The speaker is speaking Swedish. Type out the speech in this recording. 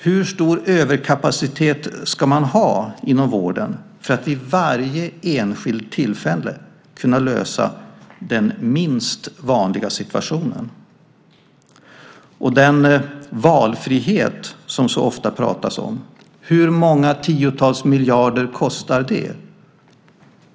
Hur stor överkapacitet ska man ha inom vården för att vid varje enskilt tillfälle kunna lösa den minst vanliga situationen? Och hur många tiotals miljarder kostar den valfrihet som det så ofta pratas om.